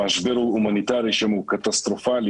המשבר ההומניטרי שם הוא קטסטרופלי.